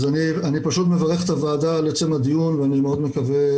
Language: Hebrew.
אז אני פשוט מברך את הוועדה על עצם הדיון ואני מאוד מקווה